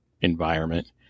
environment